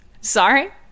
Sorry